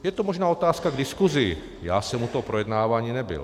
Je to možná otázka k diskusi, já jsem u toho projednávání nebyl.